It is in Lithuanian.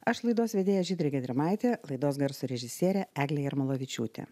aš laidos vedėja žydrė gedrimaitė laidos garso režisierė eglė jarmolavičiūtė